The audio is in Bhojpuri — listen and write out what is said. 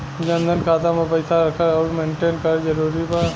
जनधन खाता मे पईसा रखल आउर मेंटेन करल जरूरी बा?